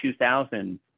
2000